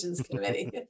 committee